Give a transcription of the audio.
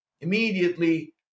immediately